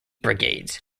brigades